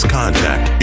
contact